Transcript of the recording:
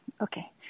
Okay